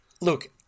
look